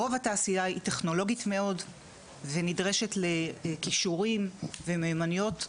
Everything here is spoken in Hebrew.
רוב התעשייה היא טכנולוגית מאוד ונדרשת לכישורים ומיומנויות גבוהות.